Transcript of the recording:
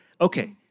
Okay